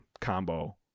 combo